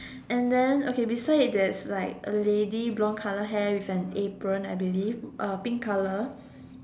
and then okay beside there's like a lady brown colour hair with an apron I believe and pink colour